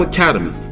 Academy